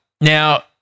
Now